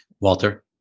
Walter